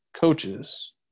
coaches